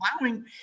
allowing